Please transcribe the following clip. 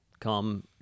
come